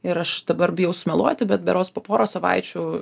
ir aš dabar bijau sumeluoti bet berods po poros savaičių